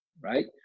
right